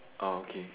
okay